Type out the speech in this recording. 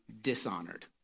dishonored